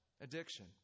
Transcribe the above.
addiction